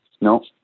No